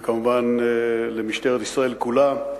וכמובן, למשטרת ישראל כולה,